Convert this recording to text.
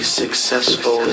successful